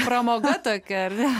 pramoga tokia ar ne